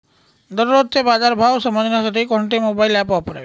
दररोजचे बाजार भाव समजण्यासाठी कोणते मोबाईल ॲप वापरावे?